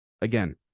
Again